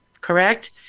Correct